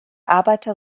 arbeiter